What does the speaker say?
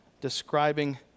describing